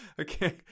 Okay